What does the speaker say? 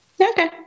Okay